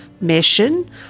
mission